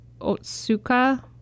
Otsuka